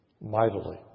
mightily